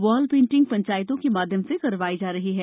wall painting पंचायतों के माध्यम से करवाई जा रही है